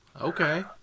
Okay